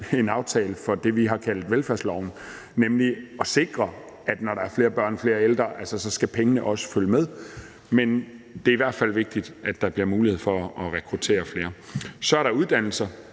en aftale for det, vi har kaldt velfærdsloven, for nemlig at sikre, at når der er flere børn og flere ældre, skal pengene også følge med, men det er i hvert fald vigtigt, at der bliver mulighed for at rekruttere flere. Så er der det